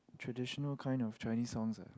traditional kind of Chinese songs leh